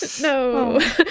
No